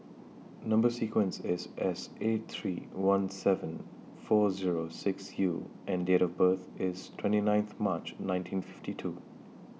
Number sequence IS S eight three one seven four Zero six U and Date of birth IS twenty ninth March nineteen fifty two